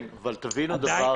כן, אבל תבינו דבר אחד.